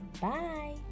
Bye